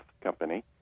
company